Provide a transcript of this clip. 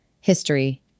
history